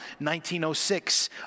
1906